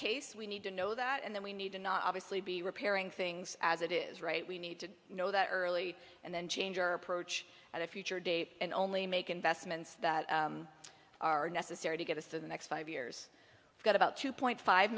case we need to know that and then we need to not obviously be repairing things as it is right we need to know that early and then change your approach at a future date and only make investments that are necessary to get us to the next five years we've got about two point five